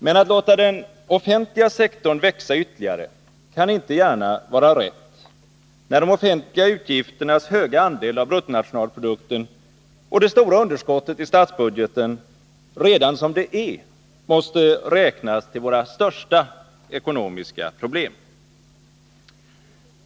Men att låta den offentliga sektorn växa ytterligare kan inte gärna vara rätt, när de offentliga utgifternas höga andel av bruttonationalprodukten och det stora underskottet i statsbudgeten redan som det är måste räknas till våra största ekonomiska problem.